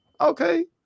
Okay